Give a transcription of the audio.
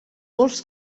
pols